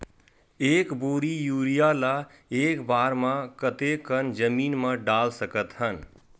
एक बोरी यूरिया ल एक बार म कते कन जमीन म डाल सकत हन?